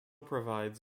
provides